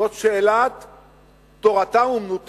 זאת שאלת תורתם-אומנותם,